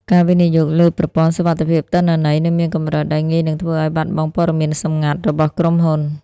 ការវិនិយោគលើប្រព័ន្ធសុវត្ថិភាពទិន្នន័យនៅមានកម្រិត ដែលងាយនឹងធ្វើឱ្យបាត់បង់ព័ត៌មានសម្ងាត់របស់ក្រុមហ៊ុន។